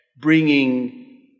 bringing